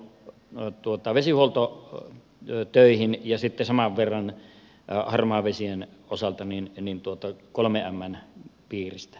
no tuota vesihuolto on vesihuoltotöihin ja sitten saman verran harmaavesien osalta kolmen mn piiristä